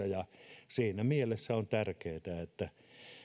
ja siinä mielessä on tärkeätä että